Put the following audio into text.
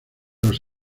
los